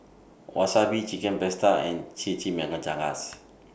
Wasabi Chicken Pasta and Chimichangas